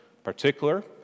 Particular